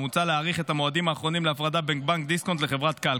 מוצע להאריך את המועדים האחרונים להפרדה בין בנק דיסקונט לחברת כאל.